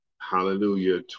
hallelujah